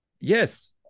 Yes